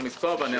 מספר